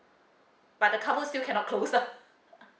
but the car booth still cannot close